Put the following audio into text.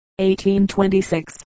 1826